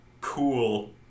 cool